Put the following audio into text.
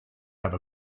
have